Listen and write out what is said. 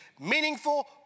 meaningful